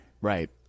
right